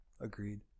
Agreed